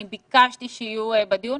אני ביקשתי שיהיו בדיון.